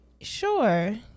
Sure